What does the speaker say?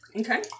Okay